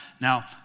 Now